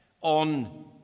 on